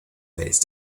face